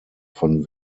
von